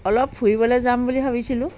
অলপ ফুৰিবলৈ যাম বুলি ভাবিছিলোঁ